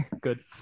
good